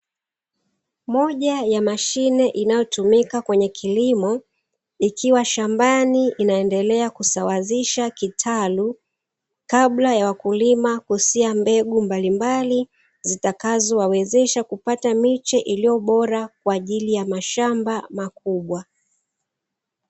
Moja ya mashine inayotumika kwenye kilimo, ikiwa shambani inaendelea kusawazisha kitalu kabla ya wakulima kusia mbegu mbalimbali zitakazowawezesha kupata miche iliyo bora kwa ajili ya mashamba makubwa.